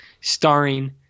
starring